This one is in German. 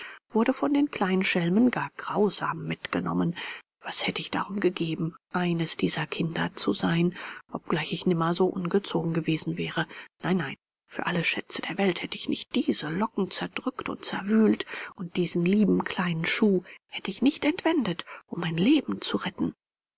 wurde von den kleinen schelmen gar grausam mitgenommen was hätte ich darum gegeben eines dieser kinder zu sein obgleich ich nimmer so ungezogen gewesen wäre nein nein für alle schätze der welt hätte ich nicht diese locken zerdrückt und zerwühlt und diesen lieben kleinen schuh hätte ich nicht entwendet um mein leben zu retten